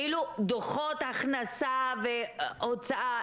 כאילו דוחות הכנסה והוצאה.